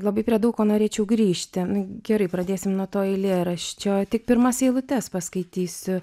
labai prie daug ko norėčiau grįžti gerai pradėsim nuo to eilėraščio tik pirmas eilutes paskaitysiu